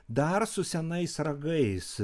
dar su senais ragais